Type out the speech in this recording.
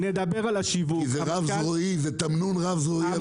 כי זה תמנון רב זרועי.